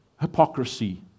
hypocrisy